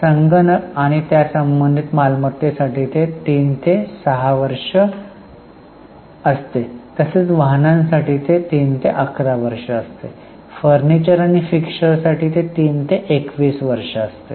संगणक आणि त्या संबंधित मालमत्तेसाठी ते 3 ते 6 वर्ष असते तसेच वाहनांसाठी ते 3 ते 11 वर्षे असते फर्निचर आणि फिक्स्चरसाठी ते 3 ते 21 वर्ष असते